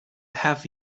have